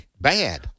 Bad